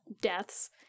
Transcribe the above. deaths